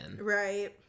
right